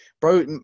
bro